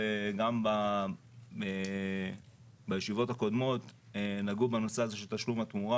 גם בישיבות הקודמות נגעו בנושא הזה של תשלום התמורה.